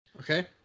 Okay